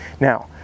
Now